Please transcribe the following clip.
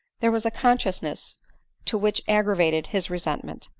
there was a consciousness too which aggravated his resentment.